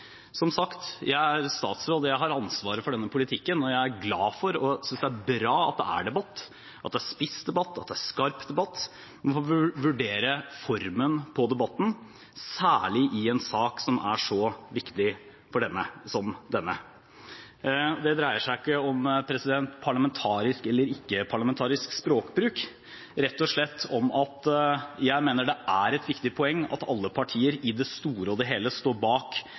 Som sagt, jeg er statsråd, jeg har ansvaret for denne politikken. Jeg er glad for og synes det er bra at det er debatt – at det er spiss debatt, at det er skarp debatt. Men vi får vurdere formen på debatten, særlig i en sak som er så viktig som denne. Det dreier seg ikke om parlamentarisk eller ikke parlamentarisk språkbruk, men rett og slett om at jeg mener det er et viktig poeng at alle partier i det store og det hele står bak